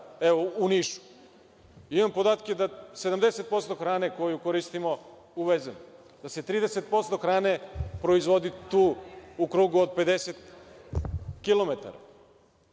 sada u Nišu. Imam podatke da je 70% hrane koju koristimo uvezena, da se 30% hrane proizvodi tu u krugu od 50